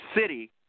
city